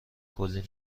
کلی